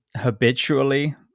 habitually